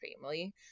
family